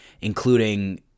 including